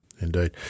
indeed